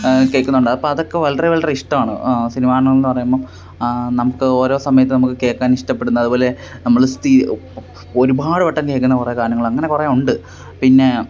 കേൾക്കുന്നുണ്ട് അപ്പോള് അതൊക്കെ വളരെ വളരെ ഇഷ്ടമാണ് സിനിമാ ഗാനങ്ങളെന്ന് പറയുമ്പോള് നമുക്ക് ഓരോ സമയത്ത് നമുക്ക് കേള്ക്കാൻ ഇഷ്ടപ്പെടുന്ന അതുപോലെ നമ്മള് സ്ഥി ഒരുപാട് വട്ടം കേള്ക്കുന്ന കുറേ ഗാനങ്ങള് അങ്ങനെ കുറേ ഉണ്ട് പിന്നേ